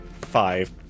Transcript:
Five